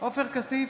עופר כסיף,